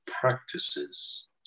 practices